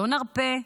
לא נרפה,